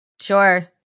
Sure